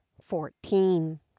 Fourteen